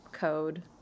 code